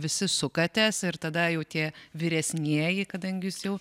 visi sukatės ir tada jau tie vyresnieji kadangi jūs jau